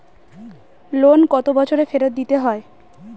Loan কত বছরে ফেরত দিতে হয়?